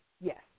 yes